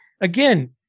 again